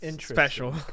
special